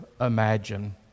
imagine